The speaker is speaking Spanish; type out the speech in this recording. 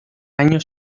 año